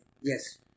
Yes